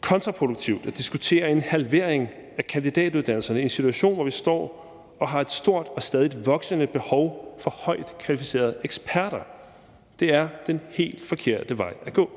kontraproduktivt at diskutere en halvering af kandidatuddannelserne i en situation, hvor vi står og har et stort og stadig voksende behov for højt kvalificerede eksperter. Det er den helt forkerte vej at gå.